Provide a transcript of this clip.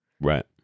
right